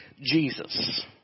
Jesus